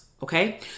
Okay